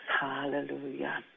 Hallelujah